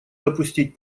допустить